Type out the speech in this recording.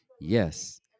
Yes